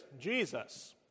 Jesus